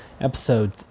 episode